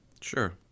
Sure